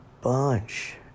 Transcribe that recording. bunch